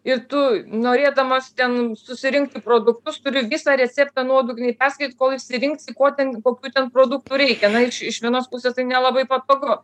ir tu norėdamas ten susirinkti produktus turi visą receptą nuodugniai perskaityt kol išsirinksi ko ten kokių ten produktų reikia na iš iš vienos pusės tai nelabai patogu